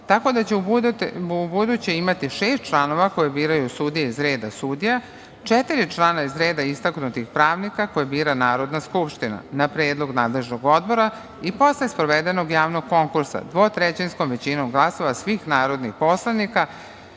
tako da će ubuduće imati šest članova, koje biraju sudije iz redova sudija, četiri člana iz reda istaknutih pravnika, koje bira Narodna skupština na predlog nadležnog Odbora i posle sprovedenog javnog konkursa dvotrećinskom većinom glasova svih narodnih poslanika